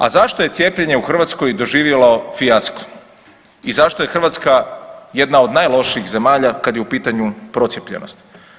A zašto je cijepljenje u Hrvatskoj doživjelo fijasko i zašto je Hrvatska jedna od najlošijih zemalja kad je u pitanju procijepljenost?